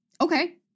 Okay